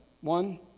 One